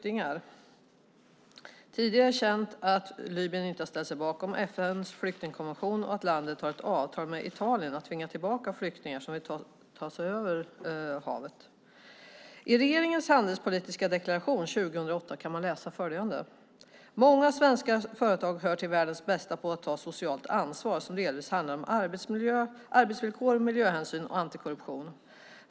Det är sedan tidigare känt att Libyen inte ställt sig bakom FN:s flyktingkonvention och att landet har ett avtal med Italien om att tvinga tillbaka flyktingar som tar sig över havet. I regeringens handelspolitiska deklaration 2008 kan man läsa följande: Många svenska företag hör till världens bästa på att ta socialt ansvar som delvis handlar om arbetsmiljö, arbetsvillkor, miljöhänsyn och anti-korruption.